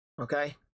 Okay